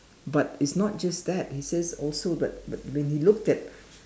but it's not just that it's just also but but when he looked at